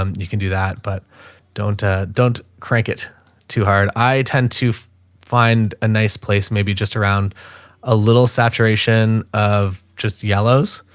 um you can do that, but don't, ah, don't crank it too hard. i tend to find a nice place, maybe just around a little saturation of just yellows.